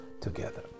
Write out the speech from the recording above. together